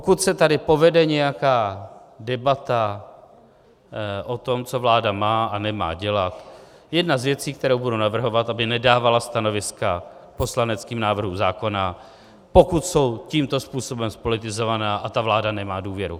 Pokud se tady povede nějaká debata o tom, co vláda má a nemá dělat, jedna z věcí, kterou budu navrhovat, aby nedávala stanoviska k poslaneckým návrhům zákona, pokud jsou tímto způsobem zpolitizovaná a ta vláda nemá důvěru.